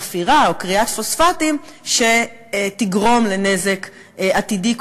מחפירה או כריית פוספטים שתגרום לנזק עתידי כלשהו,